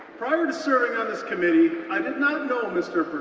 prior to serving on this committee, i did not know mr. burke,